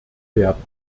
werden